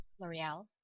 L'Oreal